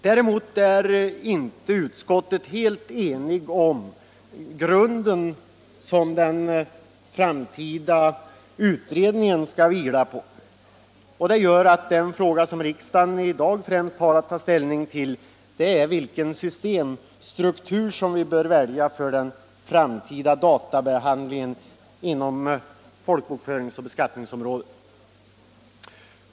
Däremot är utskottet inte helt enigt om grunden som den framtida utredningen skall vila på, och det gör att den fråga som riksdagen i dag främst har att ta ställning till är vilken systemstruktur vi bör välja för den framtida databehandlingen inom folkbokföringsoch beskattningsområdet.